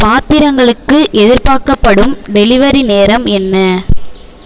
பாத்திரங்களுக்கு எதிர்பார்க்கப்படும் டெலிவரி நேரம் என்ன